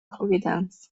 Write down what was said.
providence